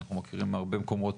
אנחנו מכירים הרבה מקומות